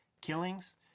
killings